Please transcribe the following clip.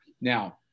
Now